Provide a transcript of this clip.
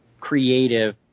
creative